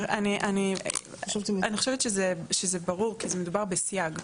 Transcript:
אני חושבת שזה ברור, כי זה מדובר בסייג.